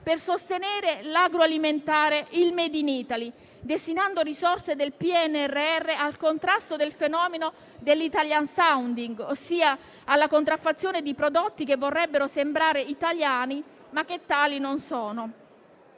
per sostenere l'agroalimentare e il *made in Italy*, destinando risorse del PNRR al contrasto del fenomeno dell'*italian sounding*, ossia la contraffazione di prodotti che vorrebbero sembrare italiani, ma che tali non sono.